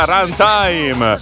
Runtime